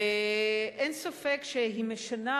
אין ספק שהיא משנה,